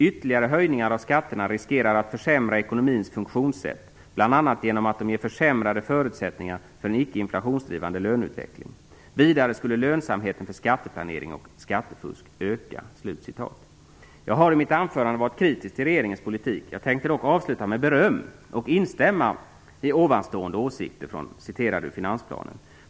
Ytterligare höjningar av skatterna riskerar att försämra ekonomins funktionssätt bl.a. genom att de ger försämrade förutsättningar för en ickeinflationsdrivande löneutveckling. Vidare skulle lönsamheten för skatteplanering och skattefusk öka." Jag har i mitt anförande varit kritisk till regeringens politik. Jag tänkte dock avsluta med beröm och instämmande i de citerade åsikterna från finansplanen.